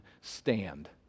Stand